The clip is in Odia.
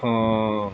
ହଁ